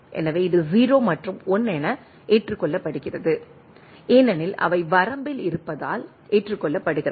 எனவே இது 0 மற்றும் 1 ஏற்றுக்கொள்ளப்படுகிறது ஏனெனில் அவை வரம்பில் இருப்பதால் குறிப்பு நேரம் 2658 ஏற்றுக்கொள்ளப்படுகிறது